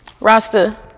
Rasta